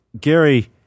Gary